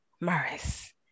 Morris